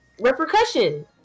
repercussion